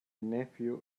nephew